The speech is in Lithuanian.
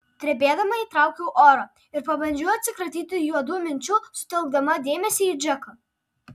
drebėdama įtraukiau oro ir pabandžiau atsikratyti juodų minčių sutelkdama dėmesį į džeką